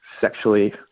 sexually